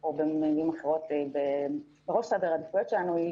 או במילים אחרים, בראש סדר העדיפויות שלנו, היא